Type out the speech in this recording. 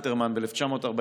שכתב נתן אלתרמן בשנת 1946: